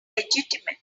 legitimate